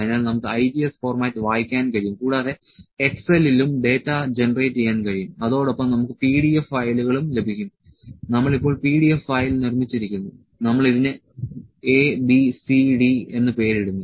അതിനാൽ നമുക്ക് IGES format വായിക്കാൻ കഴിയും കൂടാതെ എക്സലിലും ഡാറ്റ ജനറേറ്റ് ചെയ്യാൻ കഴിയും അതോടൊപ്പം നമുക്ക് PDF ഫയലും ലഭിക്കും നമ്മൾ ഇപ്പോൾ PDF ഫയൽ നിർമ്മിക്കുന്നു നമ്മൾ ഇതിന് a b c d എന്ന് പേരിടുന്നു